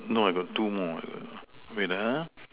no I got two more err wait ah